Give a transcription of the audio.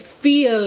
feel